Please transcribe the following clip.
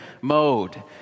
mode